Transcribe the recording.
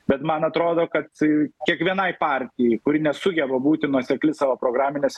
bet man atrodo kad kiekvienai partijai kuri nesugeba būti nuosekli savo programines